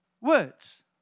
words